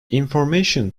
information